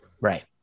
Right